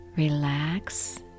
Relax